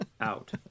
out